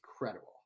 incredible